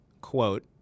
quote